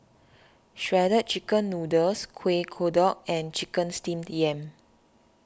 Shredded Chicken Noodles Kuih Kodok and Chicken Steamed Yam